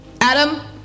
Adam